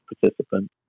participant